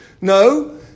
No